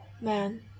man